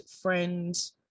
friends